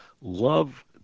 love